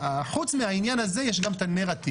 חוץ מהעניין הזה יש גם את נרטיב.